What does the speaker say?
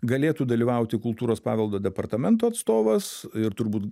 galėtų dalyvauti kultūros paveldo departamento atstovas ir turbūt